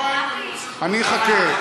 אני אחכה.